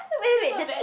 I feel so bad